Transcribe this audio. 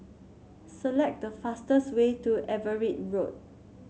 select the fastest way to Everitt Road